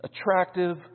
attractive